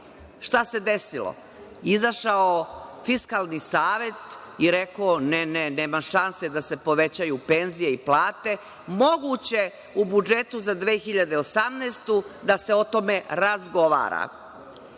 se desilo? Izašao Fiskalni savet i rekao – ne, ne, nema šanse da se povećaju penzije i plate, moguće u budžetu za 2018. godinu da se o tome razgovara.